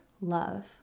love